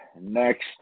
Next